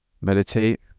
meditate